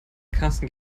karsten